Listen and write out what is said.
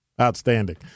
Outstanding